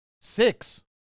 Six